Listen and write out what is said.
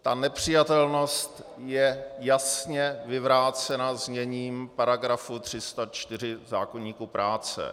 Ta nepřijatelnost je jasně vyvrácena zněním § 304 zákoníku práce.